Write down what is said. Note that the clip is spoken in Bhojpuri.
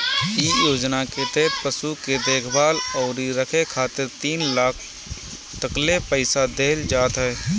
इ योजना के तहत पशु के देखभाल अउरी रखे खातिर तीन लाख तकले पईसा देहल जात ह